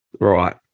right